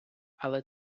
але